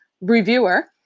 reviewer